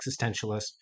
existentialist